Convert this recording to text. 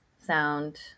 sound